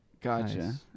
gotcha